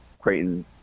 Creighton